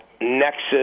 nexus